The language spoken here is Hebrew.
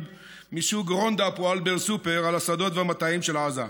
מסוג ראונדאפ או אלבר סופר על השדות והמטעים של עזה.